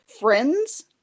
friends